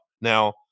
Now